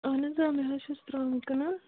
اَہَن حظ اۭں مےٚ حظ چھِس ترام کٕنان